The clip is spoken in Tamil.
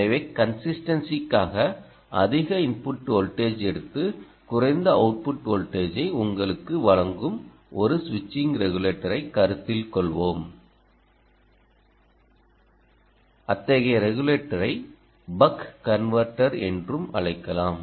எனவே கன்ஸிஸ்டன்ஸிக்காக அதிக இன்புட் வோல்டேஜ் எடுத்து குறைந்த அவுட்புட் வோல்டேஜை உங்களுக்கு வழங்கும் ஒரு ஸ்விட்சிங் ரெகுலேட்டரைக் கருத்தில் கொள்வோம் அத்தகைய ரெகுலேட்டரை பக் கன்வெர்ட்டர் என்றும் அழைக்கலாம்